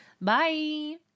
Bye